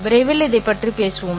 விரைவில் அதைப் பற்றி பேசுவோம்